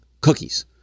cookies